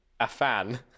Afan